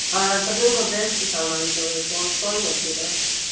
हा सभिनी खां बेस्ट सामान अथव हितां हितां ई वठो तव्हां